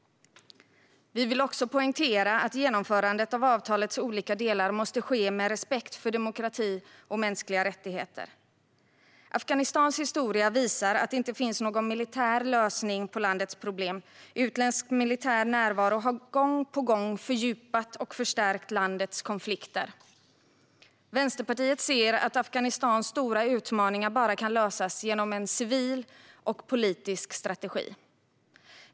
Vi vill också poängtera att genomförandet av avtalets olika delar måste ske med respekt för demokrati och mänskliga rättigheter. Afghanistans historia visar att det inte finns någon militär lösning på landets problem. Utländsk militär närvaro har gång på gång fördjupat och förstärkt landets konflikter. Vänsterpartiet ser att Afghanistans stora utmaningar bara kan lösas genom en civil och politisk strategi.